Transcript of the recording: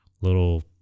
Little